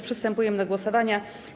Przystępujemy do głosowania.